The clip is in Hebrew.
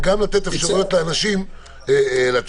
וגם לתת אפשרות לאנשים לצאת.